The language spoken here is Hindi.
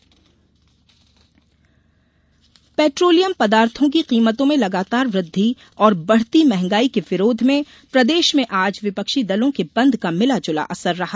भारत बंद पेट्रोलियम पदार्थो की कीमतों में लगातार वृद्धि और बढ़ती मंहगाई के विरोध में प्रदेश में आज विपक्षी दलों के बंद का भिला जूला असर रहा